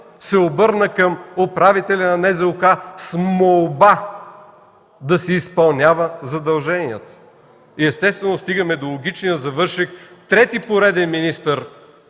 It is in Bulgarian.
се обърна към управителя на НЗОК с молба да изпълнява задълженията си. И естествено стигаме до логичния завършек, трети пореден министър